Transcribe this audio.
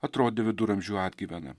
atrodė viduramžių atgyvena